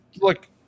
Look